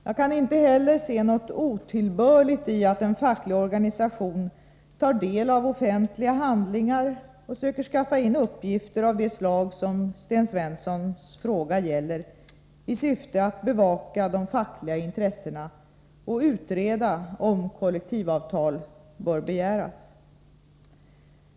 Jag kan inte heller se något otillbörligt i att en facklig organisation tar del av offentliga handlingar och söker skaffa in uppgifter av det slag som Sten Svenssons fråga gäller i syfte att bevaka de fackliga intressena och utreda om kollektivavtal bör begäras.